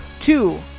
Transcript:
two